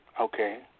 Okay